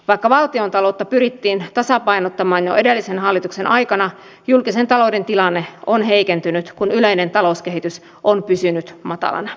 vaikka valtiontaloutta pyrittiin tasapainottamaan jo edellisen hallituksen aikana julkisen talouden tilanne on heikentynyt kun yleinen talouskehitys on pysynyt matalana